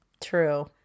True